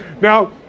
Now